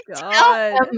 God